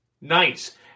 Nice